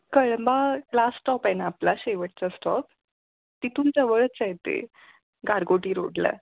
Kalamba last stop आहे ना आपला शेवटचा स्टॉप तिथून जवळच आहे ते गारगोटी रोडला